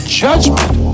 judgment